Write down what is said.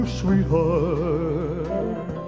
sweetheart